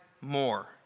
more